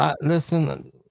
listen